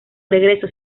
regreso